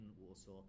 Warsaw